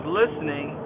listening